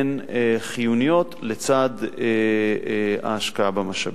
הן חיוניות לצד ההשקעה במשאבים.